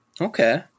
Okay